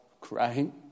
crying